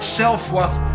self-worth